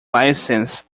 licence